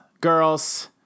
girls